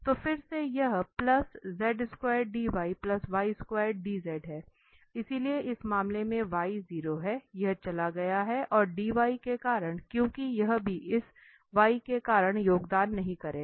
तो फिर से यह है इसलिए इस मामले में y 0 है यह चला गया है और dy के कारण क्योंकि यह भी इस y के कारण योगदान नहीं करेगा